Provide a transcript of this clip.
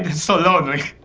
so lonely.